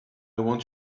want